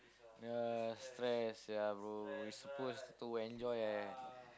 ya stress sia bro we supposed to enjoy eh